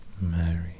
Mary